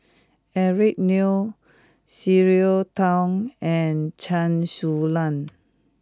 Eric Neo Cleo Thang and Chen Su Lan